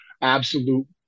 absolute